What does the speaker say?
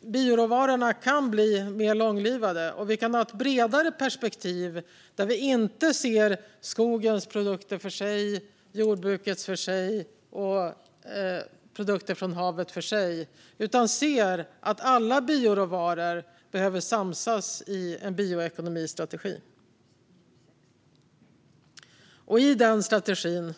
Bioråvarorna kan bli mer långlivade, och vi kan ha ett bredare perspektiv där vi inte ser skogens produkter för sig, jordbrukets produkter för sig och produkter från havet för sig utan ser att alla bioråvaror behöver samsas i en bioekononomistrategi. I den strategin